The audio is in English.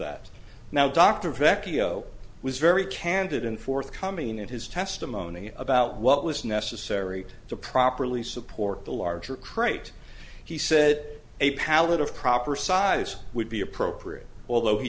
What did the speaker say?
that now dr vecchio was very candid and forthcoming in his testimony about what was necessary to properly support the larger crate he said a pallet of proper size would be appropriate although he